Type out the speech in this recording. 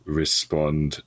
respond